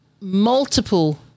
multiple